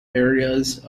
areas